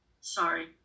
Sorry